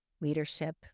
leadership